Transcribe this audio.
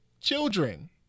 Children